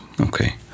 Okay